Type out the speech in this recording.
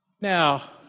Now